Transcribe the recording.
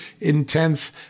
intense